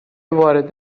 وارد